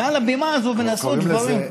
מעל הבימה הזאת ונשאו דברים.